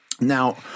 Now